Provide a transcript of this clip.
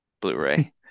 Blu-ray